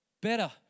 Better